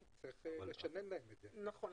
נכון.